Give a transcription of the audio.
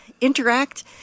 interact